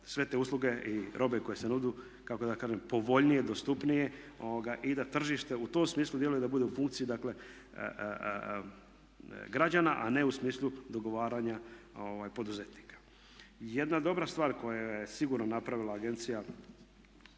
sve te usluge i robe koje se nude kako da kažem povoljnije, dostupnije i da tržište u tom smislu djeluje da bude u funkciji građana, a ne u smislu dogovaranja poduzetnika. Jedna dobra stvar koju je sigurno napravila agencija